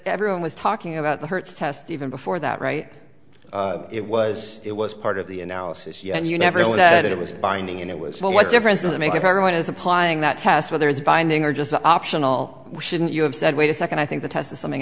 everyone was talking about the hertz test even before that right it was it was part of the analysis you and you never know what it was binding and it was small what difference does it make if everyone is applying that test whether it's binding or just the optional shouldn't you have said wait a second i think the test is something